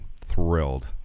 thrilled